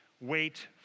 wait